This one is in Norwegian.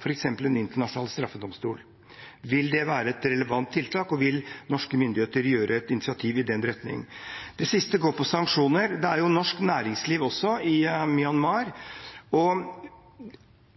f.eks. en internasjonal straffedomstol? Vil det være et relevant tiltak, og vil norske myndigheter ta et initiativ i den retning? Det siste går på sanksjoner: Norsk næringsliv er i Myanmar også, og uten at de ønsker det selv, kan de jo bli viklet inn i